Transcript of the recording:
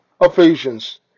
Ephesians